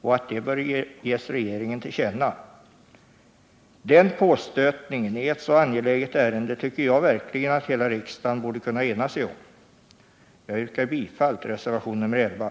och att det bör ges regeringen till känna. Den påstötningen i ett så angeläget ärende borde verkligen hela riksdagen kunna ena sig om. Jag yrkar bifall till reservation nr 11.